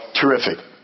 terrific